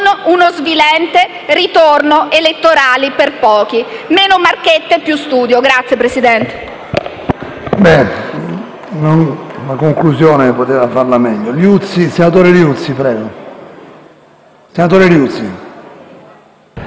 non uno svilente ritorno elettorale per pochi. Meno marchette, più studio. *(Applausi dei